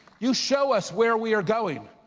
you show us where we are going,